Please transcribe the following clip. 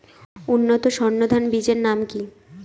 উন্নত সর্ন ধান বীজের নাম কি?